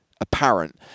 apparent